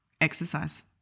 exercise